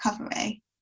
recovery